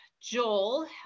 Joel